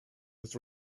was